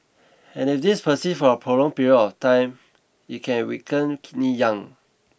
and if this persists for a prolonged period of time it can weaken kidney yang